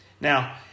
Now